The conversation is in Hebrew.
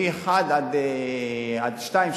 מ-1 עד 2,